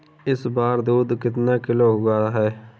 इस बार दूध कितना किलो हुआ है?